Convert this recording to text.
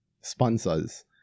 sponsors